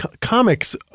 comics